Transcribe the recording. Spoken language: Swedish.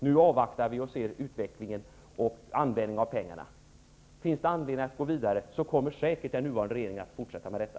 Nu avvaktar vi utvecklingen och användningen av pengarna. Finns det anledning att gå vidare kommer den nuvarande regeringen säkert att fortsätta med detta.